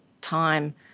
time